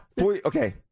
Okay